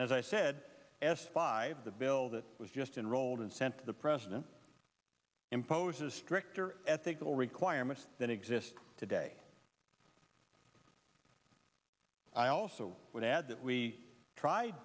as i said s five the bill that was just enrolled and sent to the president imposes stricter ethical requirements that exist today i also would add that we tried